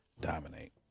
dominate